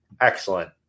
Excellent